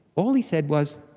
all he said was,